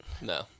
no